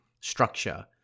structure